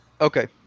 okay